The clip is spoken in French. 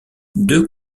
deux